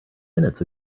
minutes